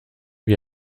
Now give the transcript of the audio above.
wie